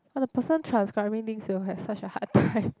but the person transcribing this will have such a hard time